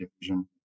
division